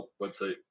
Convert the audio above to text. website